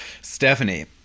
Stephanie